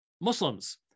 Muslims